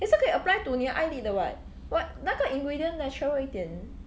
也是可以 apply to 你的 eyelid 的 [what] but 那个 ingredient natural 一点